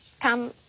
come